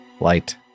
light